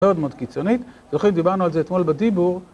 מאוד מאוד קיצונית, זוכרים, דיברנו על זה אתמול בדיבור.